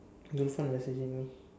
Irfan messaging me